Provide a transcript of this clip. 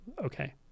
Okay